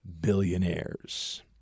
billionaires